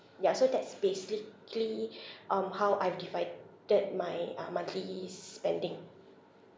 ya so that's basically um how I've divided my uh monthly s~ spending